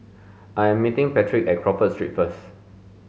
I am meeting Patric at Crawford Street first